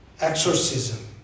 exorcism